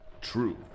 True